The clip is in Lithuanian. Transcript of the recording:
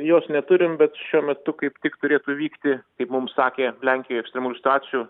jos neturim bet šiuo metu kaip tik turėtų vykti kaip mums sakė lenkijoj ekstremalių situacijų